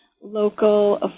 local